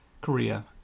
Korea